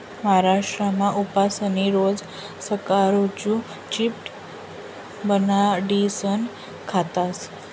महाराष्ट्रमा उपासनी रोज साकरुना चिप्स बनाडीसन खातस